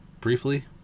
briefly